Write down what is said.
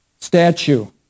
statue